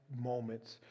moments